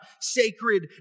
sacred